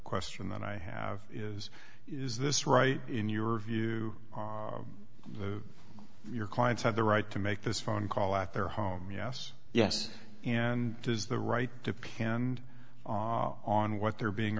question that i have is is this right in your view your clients had the right to make this phone call at their home yes yes and it is the right depend on what they're being